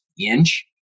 inch